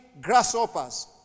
grasshoppers